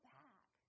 back